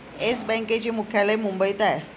yes बँकेचे मुख्यालय मुंबईत आहे